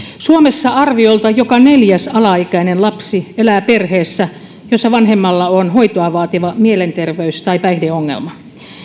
suomessa arviolta joka neljäs alaikäinen lapsi elää perheessä jossa vanhemmalla on hoitoa vaativa mielenterveys tai päihdeongelma